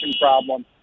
problem